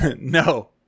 No